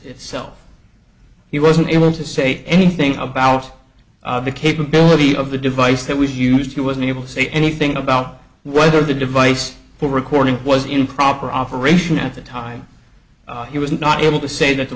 itself he wasn't able to say anything about the capability of the device that was used he wasn't able to say anything about whether the device for recording was in proper operation at the time he was not able to say that the